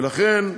ולכן,